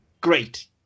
Great